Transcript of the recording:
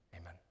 amen